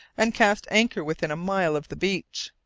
and cast anchor within a mile of the beach.